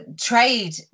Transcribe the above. trade